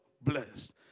blessed